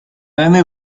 only